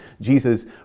Jesus